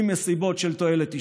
אם מסיבות של תועלת אישית,